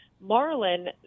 Marlin